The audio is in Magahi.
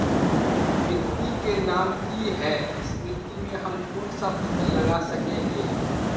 मिट्टी के नाम की है इस मिट्टी में हम कोन सा फसल लगा सके हिय?